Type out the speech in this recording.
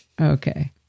Okay